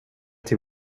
till